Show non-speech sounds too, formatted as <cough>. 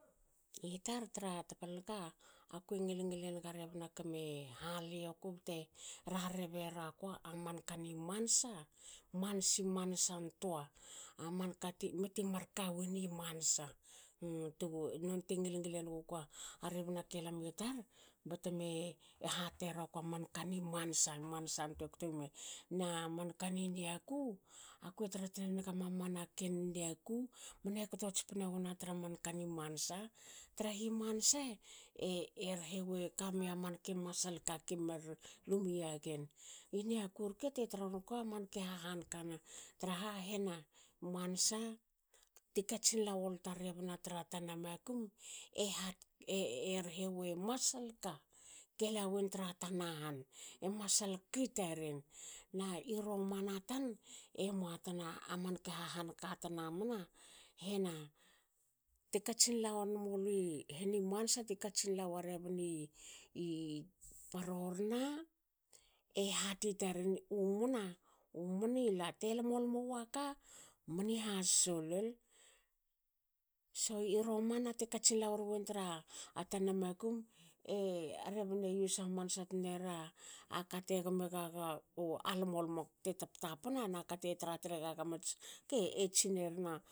Itar tra tapalanka akue ngil ngil enga rebna kme halioku bte rarre beraku amanka ni mansa mansi mansantoa. Amanka ti- meti mar kawen i mansa. <hesitation> <unintelligible> nonte ngil ngil enugukua rebna kelami tar batme hate raku a manka ni mansa mansantoa na manka ni niaku. akue trare niga mamana ken i niaku mne kto tspene wona tra man ka ni mansa, trahi mansa e rhewe kamia manke masal ka ki mar lu miagen. I niaku rke te tra won guku manke hahan kana traha hena mansa. ti katsin lawolta rebna tra tana makum. e hat e rehewe masal ka. kelawen tra tana han. E masal ki taren. Na i romana tan emua tna a manke hahan ka tanamna hena te katsin la won mului heni mansa ti katsin lawa rebni parorna. e hat i taren. U mona. u mona la te lmolmo waka mni hasso lol. So i romana te katsin la woruwen tra tana makum. e <hesitation> a rebne use hamansa tnera kate gome gaga lmolmo te tap- tapna naka te tra tre gaga mats ke tsine na